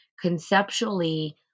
Conceptually